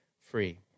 free